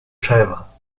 chèvre